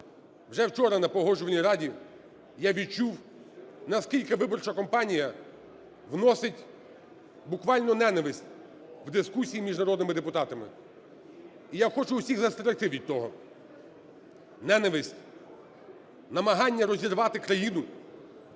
Вже вчора на Погоджувальній раді я відчув, наскільки виборча кампанія вносить буквально ненависть в дискусії між народними депутатами. І я хочу усіх застерегти від того: ненависть, намагання розірвати країну